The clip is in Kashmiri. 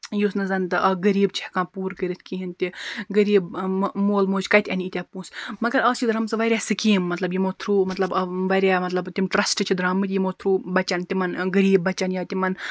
یُس نہٕ زَن تہٕ اکھ غریٖب چھُ ہیٚکان پوٗرٕ کٔرِتھ کِہیٖنۍ تہِ غریٖب مول موج کَتہِ اَنہِ ییٖتیاہ پونٛسہٕ مگر آز چھِ درامژٕ واریاہ سِکیٖم مَطلَب یِمو تھروٗ مَطلَب واریاہ مَطلَب تِم ٹرسٹ چھِ درامٕتۍ یِمو تھروٗ بَچَن تِمَن غریٖب بَچَن یا تِمَن